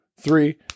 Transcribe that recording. three